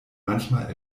manchmal